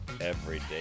Everyday